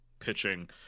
pitching